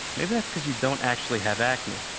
maybe that's because you don't actually have acne.